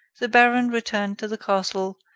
the baron returned to the castle,